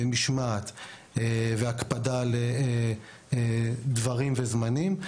משמעת והקפדה על דברים וזמנים.